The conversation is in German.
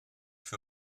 für